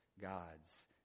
God's